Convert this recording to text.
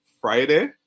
friday